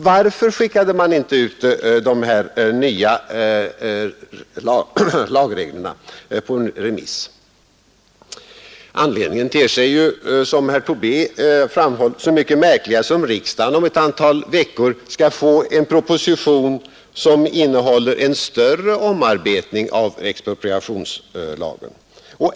Varför skickade man inte ut de nya lagreglerna på remiss? Att man inte gjorde så ter sig, som herr Tobé framhållit, så mycket märkligare som riksdagen inom ett antal veckor skall få en proposition vilken innehåller en större omarbetning av expropriationslagen.